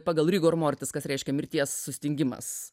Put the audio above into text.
pagal rigormortis kas reiškia mirties sustingimas